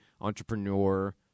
entrepreneur